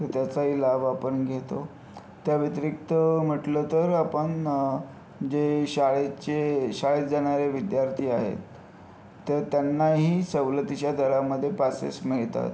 त्याचाही लाभ आपण घेतो त्या व्यतिरिक्त म्हटलं तर आपण जे शाळेचे शाळेत जाणारे विद्यार्थी आहेत तर त्यांनाही सवलतीच्या दरामधे पासेस मिळतात